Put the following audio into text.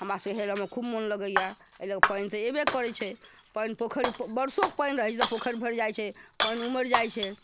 हमरा सभके हेलयमे खूब मोन लगैया एहि लऽ कऽ पानि तऽ अयबै करै छै पानि पोखरि बरसोके पानि रहै छै तऽ पोखरि भरि जाइ छै पानि उमड़ि जाइ छै